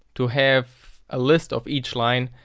to have a list of each line.